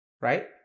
Right